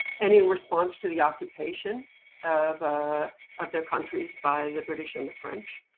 and in response to the occupation of of their countries by the british and the french.